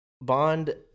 Bond